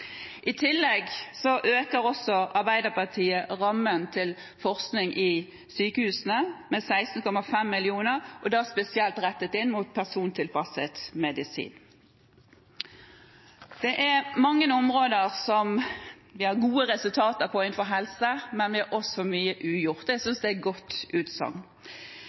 I tillegg øker Arbeiderpartiet rammen til forskning i sykehusene med 16,5 mill. kr, spesielt rettet inn mot persontilpasset medisin. Vi har gode resultater på mange områder innenfor helse, men vi har også mye ugjort. Det synes jeg er et godt utsagn. Heltidskultur er ett av områdene som jeg tror det er